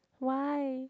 why